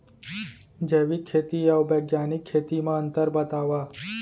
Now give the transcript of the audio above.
जैविक खेती अऊ बैग्यानिक खेती म अंतर बतावा?